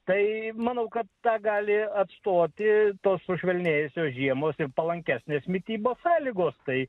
tai manau kad tą gali atstoti tos sušvelnėjusios žiemos ir palankesnės mitybos sąlygos tai